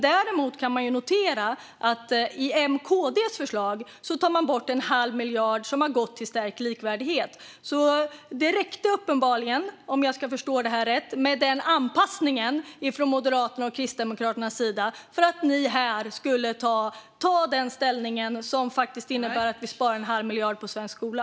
Däremot kan man notera att i M-KD-förslaget tar man bort en halv miljard som har gått till stärkt likvärdighet. Det räckte uppenbarligen, om jag ska förstå det här rätt, med den anpassningen från Moderaterna och Kristdemokraterna för att ni här skulle ta den ställning som faktiskt innebär att vi sparar en halv miljard på svensk skola.